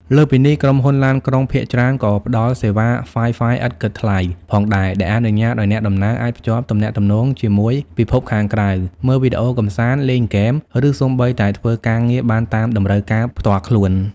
លើសពីនេះ ក្រុមហ៊ុនឡានក្រុងភាគច្រើនក៏ផ្តល់សេវា Wi-Fi ឥតគិតថ្លៃ ផងដែរ ដែលអនុញ្ញាតឱ្យអ្នកដំណើរអាចភ្ជាប់ទំនាក់ទំនងជាមួយពិភពខាងក្រៅ មើលវីដេអូកម្សាន្ត លេងហ្គេម ឬសូម្បីតែធ្វើការងារបានតាមតម្រូវការផ្ទាល់ខ្លួន។